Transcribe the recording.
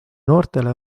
noortele